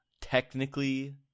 technically